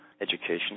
education